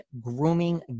grooming